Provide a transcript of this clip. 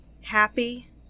happy